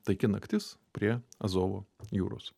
taiki naktis prie azovo jūros